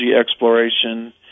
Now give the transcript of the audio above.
exploration